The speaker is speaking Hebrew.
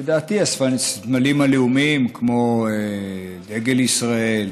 לדעתי הסמלים הלאומיים כמו דגל ישראל,